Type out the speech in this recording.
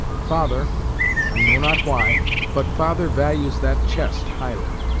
father i know not why but father values that chest highly.